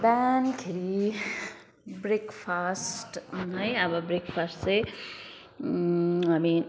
बिहानखेरि ब्रेकफास्ट है अब ब्रेकफास्ट चाहिँ हामी